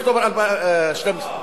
לכתוב 2012?